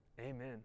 Amen